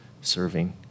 serving